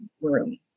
room